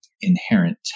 inherent